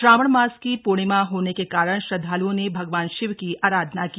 श्रावण मास की पूर्णिमा होने के कारण श्रद्धाल्ओं ने भगवान शिव की अराधना की